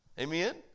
Amen